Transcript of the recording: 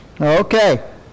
Okay